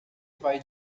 vai